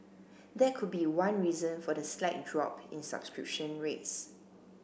that could be one reason for the slight drop in subscription rates